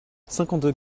cinquante